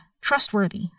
trustworthy